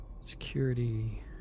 Security